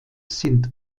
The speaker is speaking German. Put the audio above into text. sind